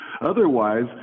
Otherwise